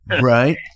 Right